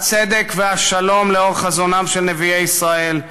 הצדק והשלום לאור חזונם של נביאי ישראל,